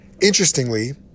Interestingly